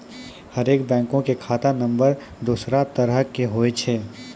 हरेक बैंको के खाता नम्बर दोसरो तरह के होय छै